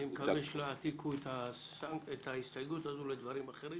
אני מקווה שלא יעתיקו את ההסתייגות הזו לדברים אחרים